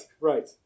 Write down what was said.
right